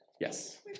Yes